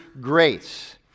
grace